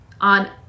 on